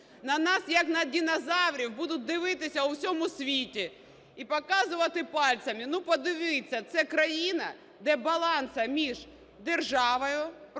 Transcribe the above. На нас, як на динозаврів, будуть дивитися в усьому світі і показувати пальцем: ну подивіться, це країна, де балансу між державою, профспілками